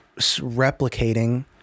replicating